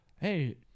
hey